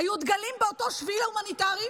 היו דגלים באותו שביל הומניטרי.